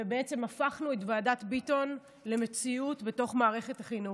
ובעצם הפכנו את ועדת ביטון למציאות בתוך מערכת החינוך.